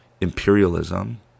imperialism